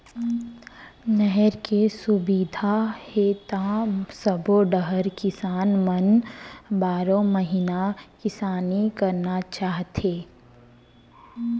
नहर के सुबिधा हे त सबो डहर किसान मन बारो महिना किसानी करना चाहथे